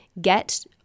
get